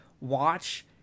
watch